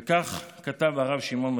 וכך כתב הרב שמעון מטלון: